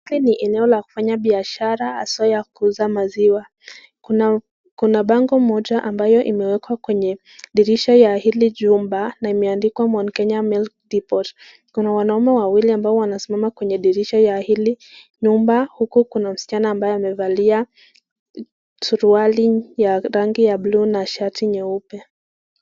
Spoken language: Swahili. Hapa ni eneo ya mfanyibiashara haswa ya kuuza maziwa. Kuna bango moja ambayo imewekwa kwenye dirisha ya hili chumba na imeandikwa mt. Kenya milk depot kuna wanaume wawili ambao wamesimama kwenye dirisha ya hili nyumba huku kuna msichana ambaye amevalia suruali ya rangi ya buluu na shati nyeupe.